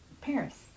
Paris